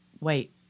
wait